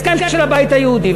הסכם של הבית היהודי.